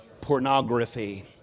Pornography